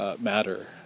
matter